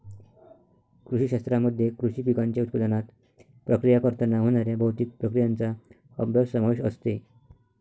कृषी शास्त्रामध्ये कृषी पिकांच्या उत्पादनात, प्रक्रिया करताना होणाऱ्या भौतिक प्रक्रियांचा अभ्यास समावेश असते